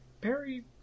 Perry